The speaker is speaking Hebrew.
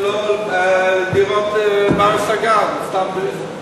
זה סימן שזה לא דירות בנות-השגה, זה סתם ביזנס.